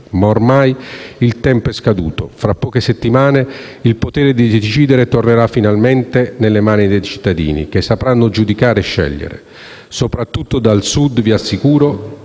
Ma ormai il tempo è scaduto. Fra poche settimane il potere di decidere tornerà finalmente nelle mani dei cittadini che sapranno giudicare e scegliere. Soprattutto dal Sud, vi assicuro,